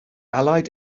allied